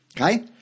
Okay